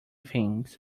things